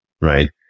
right